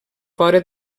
fora